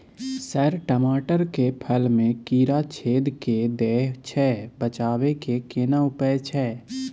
Sir टमाटर के फल में कीरा छेद के दैय छैय बचाबै के केना उपाय छैय?